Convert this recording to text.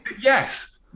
Yes